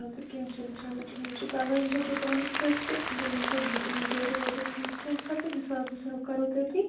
اَدٕ کیٚنہہ چھُنہٕ چلو ٹھیٖک چھِ پگاہ یِیٖزیو دُکانَس پٮ۪ٹھ تہٕ بیٚیہِ أنۍ زیٚو گا گٲڈیا وٲدیاہ سۭتۍ کیٚنژاہ تہٕ حِساب وِساب کَرَو تٔتی